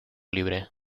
libre